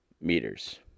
meters